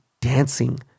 dancing